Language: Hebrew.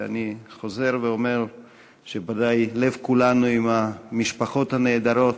ואני חוזר ואומר שבוודאי לב כולנו עם המשפחות הנהדרות.